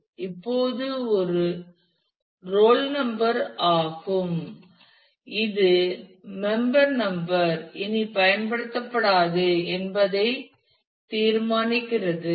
எனவே இப்போது இது ஒரு ரோல் நம்பர் ஆகும் இது மெம்பர் நம்பர் இனி பயன்படுத்தப்படாது என்பதை தீர்மானிக்கிறது